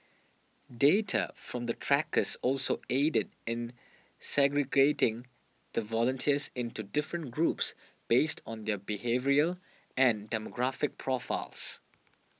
data from the trackers also aided in segregating the volunteers into different groups based on their behavioural and demographic profiles